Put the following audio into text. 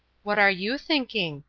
what are you thinking?